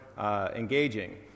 Engaging